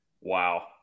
Wow